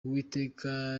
uwiteka